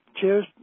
Cheers